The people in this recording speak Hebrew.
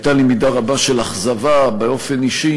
הייתה לי מידה רבה של אכזבה באופן אישי